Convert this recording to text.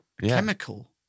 chemical